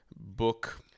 book